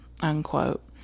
unquote